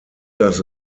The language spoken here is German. das